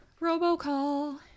robocall